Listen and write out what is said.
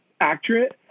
accurate